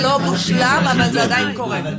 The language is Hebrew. זה לא מושלם אבל זה עדיין קורה.